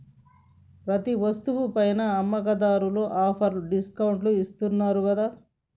ప్రతి వస్తువు పైనా అమ్మకందార్లు ఆఫర్లు డిస్కౌంట్లు ఇత్తన్నారు గదా